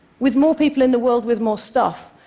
with more people in the world with more stuff,